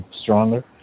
stronger